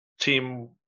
team